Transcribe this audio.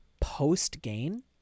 post-gain